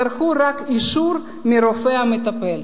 רק אישור מהרופא המטפל.